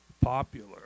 popular